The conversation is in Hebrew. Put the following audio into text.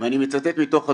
אני מצטט מתוך הדוח: